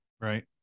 right